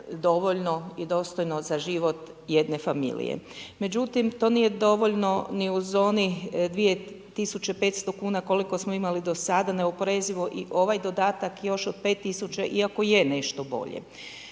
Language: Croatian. dovoljno i dostojno za život jedne familije. Međutim, to nije dovoljno ni u zoni 2 tisuće 500 kuna koliko smo imali do sada neoporezivo i ovaj dodatak još od 5 tisuća iako je nešto bolje.